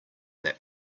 that